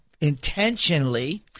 intentionally